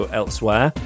elsewhere